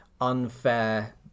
unfair